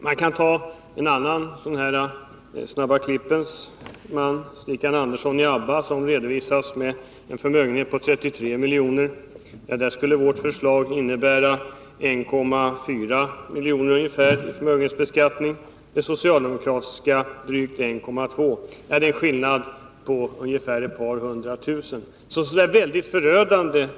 Man kan ta en annan ”de snabba klippens” man, nämligen Stikkan Andersson i ABBA, som redovisas ha en förmögenhet på 33 miljoner. Där skulle vårt förslag innebära ungefär 1,4 miljoner i förmögenhetsbeskattning, och det socialdemokratiska förslaget drygt 1,2. Det är en skillnad på ett par hundra tusen, vilket inte är så väldigt förödande.